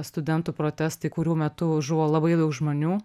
studentų protestai kurių metu žuvo labai daug žmonių